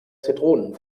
zitronen